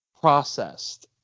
processed